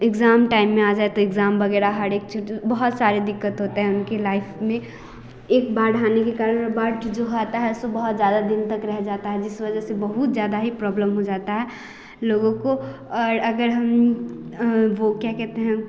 exam time में आ जाए तो एग्जाम वगैरह हर एक चीज बहुत सारे दिक्कत होते हैं उनकी लाइफ में एक बाढ़ आने के कारण बाढ़ जब आता है तो बहुत ज़्यादा दिन तक रह जाता है जिस वजह से बहुत ज़्यादा ही प्रॉब्लम हो जाता है लोगों को और अगर हम वो क्या कहते हैं